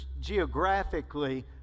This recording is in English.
geographically